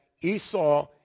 Esau